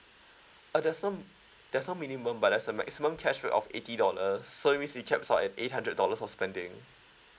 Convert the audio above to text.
uh there's no there's no minimum but there's a maximum cashback of eighty dollars so it means it caps on eight hundred dollar of spending